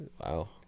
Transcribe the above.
Wow